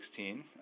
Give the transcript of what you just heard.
2016